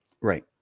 Right